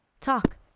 Talk